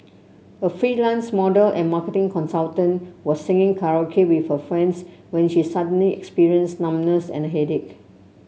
a freelance model and marketing consultant was singing karaoke with her friends when she suddenly experienced numbness and headache